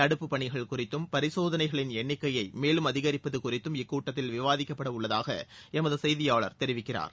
தடுப்புப்பணிகள் குறித்தும் பரிசோதனைகளின் எண்ணிக்கையை மேலும் அதிகரிப்பது குறித்தும் இக்கூட்டத்தில் விவாதிக்கப்படவுள்ளதாக எமது செய்தியாளர் தெரிவிக்கிறார்